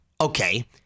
okay